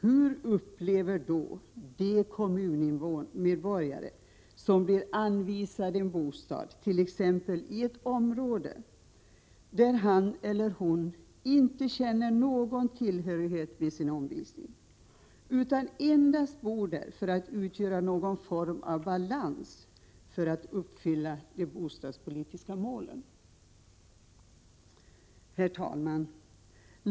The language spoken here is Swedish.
Hur upplever då en kommunmedborgare att bli anvisad en bostad i ett område där han eller hon inte känner någon tillhörighet med sin omgivning, utan bor där endast för att bidra till någon form av balans för att de bostadspolitiska målen skall uppfyllas? Herr talman!